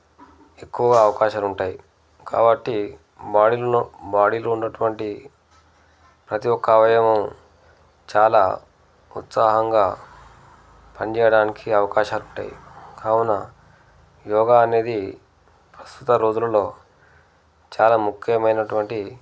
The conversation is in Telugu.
ఎక్కువుగా అవకాశాలు ఉంటాయి కాబట్టి బాడీలో బాడీలో ఉన్నటువంటి ప్రతీ ఒక్క అవయవం చాలా ఉత్సాహంగా పని చేయడానికి అవకాశాలు ఉంటాయి కావున యోగా అనేది ప్రస్తుత రోజులలో చాలా ముఖ్యమైనటువంటి